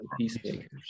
peacemakers